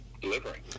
delivering